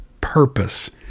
purpose